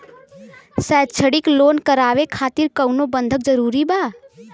शैक्षणिक लोन करावे खातिर कउनो बंधक जरूरी बा?